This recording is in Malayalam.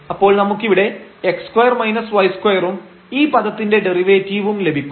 അപ്പോൾ നമുക്കിവിടെ x2 y2 ഉം ഈ പദത്തിന്റെ ഡെറിവേറ്റീവും ലഭിക്കും